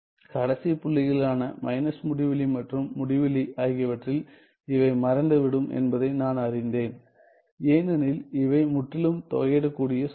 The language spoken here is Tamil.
கடைசி புள்ளிகளான மைனஸ் முடிவிலி மற்றும் முடிவிலி ஆகியவற்றில் இவை மறைந்துவிடும் என்பதை நான் அறிந்தேன் ஏனெனில் இவை முற்றிலும் தொகையிடக்கூடிய சார்பு